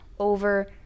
over